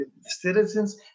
citizens